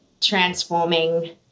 transforming